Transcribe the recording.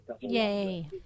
Yay